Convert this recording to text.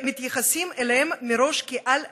מתייחסים אליהם מראש כאל עבריינים.